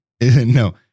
No